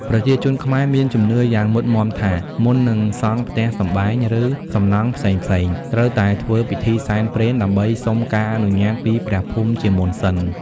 ប្រជាជនខ្មែរមានជំនឿយ៉ាងមុតមាំថា មុននឹងសង់ផ្ទះសម្បែង ឬសំណង់ផ្សេងៗ ត្រូវតែធ្វើពិធីសែនព្រេនដើម្បីសុំការអនុញ្ញាតពីព្រះភូមិជាមុនសិន។